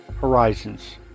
horizons